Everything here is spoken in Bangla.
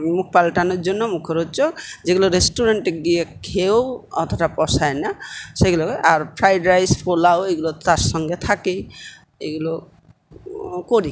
মুখ পাল্টানোর জন্য মুখোরোচক যেগুলো রেষ্টুরেন্টে গিয়ে খেয়েও অতোটা পোষায় না সেগুলো আর ফ্রায়েড রাইস পোলাও এগুলো তো তার সঙ্গে থাকেই এগুলো করি